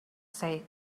said